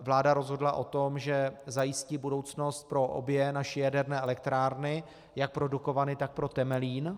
Vláda rozhodla o tom, že zajistí budoucnost pro obě naše jaderné elektrárny, jak pro Dukovany, tak pro Temelín.